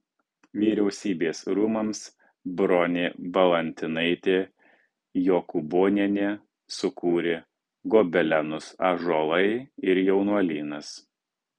vyriausybės rūmams bronė valantinaitė jokūbonienė sukūrė gobelenus ąžuolai ir jaunuolynas